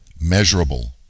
measurable